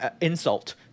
insult